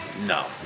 no